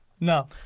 No